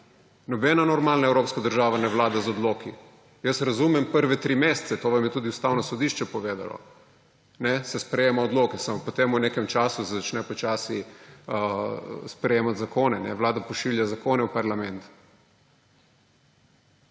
Nobena normalna evropska država ne vlada z odloki. Jaz razumem prve tri mesece, to vam je tudi Ustavno sodišče povedalo, se sprejemajo odloki, samo potem v nekem času se začnejo počasi sprejemati zakoni. Vlada pošilja zakone v parlament.